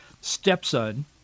stepson